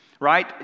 right